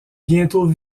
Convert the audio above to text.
bientôt